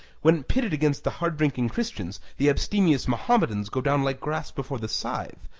when pitted against the hard-drinking christians the abstemious mahometans go down like grass before the scythe.